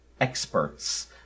experts